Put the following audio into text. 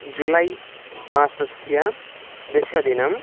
जुलै मासस्य दशदिनम्